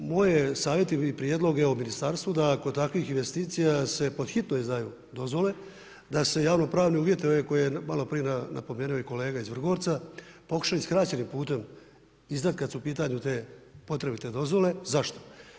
Moj je savjet ili prijedlog i ovom ministarstvu da oko takvih investicije se pod hitno izdaju dozvole, da se javni pravni uvjeti koje je maloprije napomenuo i kolega iz Vrgorca, pokušati skraćenim putem izdati kad su u pitanju te potrebite dozvole, zašto?